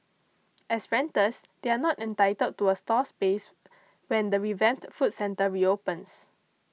as renters they are not entitled to a stall space when the revamped food centre reopens